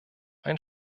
ein